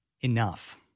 Enough